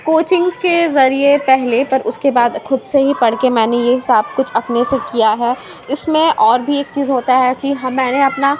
coachings کے ذریعے پہلے پر اُس کے بعد خود سے ہی پڑھ کے میں نے یہ سب کچھ اپنے سے کیا ہے اُس میں اور بھی ایک چیز ہوتا ہے کہ میں اپنا